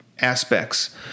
aspects